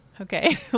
okay